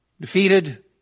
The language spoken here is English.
defeated